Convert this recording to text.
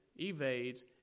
evades